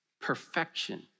perfection